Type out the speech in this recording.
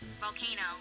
volcano